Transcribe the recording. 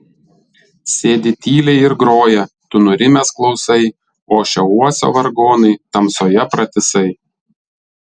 sėdi tyliai ir groja tu nurimęs klausai ošia uosio vargonai tamsoje pratisai